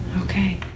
Okay